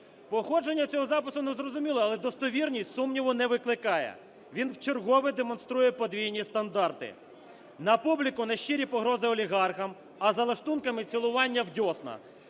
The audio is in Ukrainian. Походження цього запису незрозуміле, але достовірність сумніву не викликає. Він вчергове демонструє подвійні стандарти: на публіку – нещирі погрози олігархам, а за лаштунками – "цілування в десна".